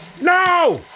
no